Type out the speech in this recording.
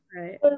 Right